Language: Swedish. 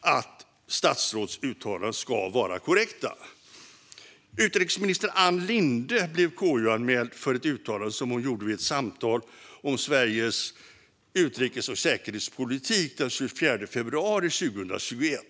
att statsråds uttalanden ska vara korrekta. Utrikesminister Ann Linde blev KU-anmäld för ett uttalande som hon gjorde vid ett samtal om Sveriges utrikes och säkerhetspolitik den 24 februari 2021.